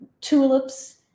tulips